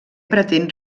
pretén